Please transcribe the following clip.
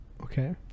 Okay